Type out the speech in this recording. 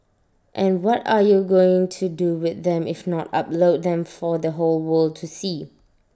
and what are you going to do with them if not upload them for the whole world to see